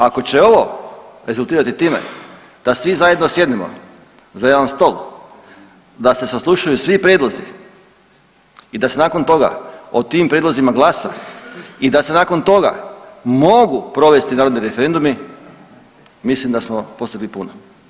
Ako će ovo rezultirati time da svi zajedno sjednemo za jedan stol, da se saslušaju svi prijedlozi i da se nakon toga o tim prijedlozima glasa i da se nakon toga mogu provesti narodni referendumi mislim da smo postigli puno.